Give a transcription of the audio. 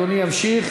אדוני ימשיך,